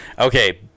Okay